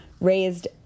raised